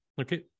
Okay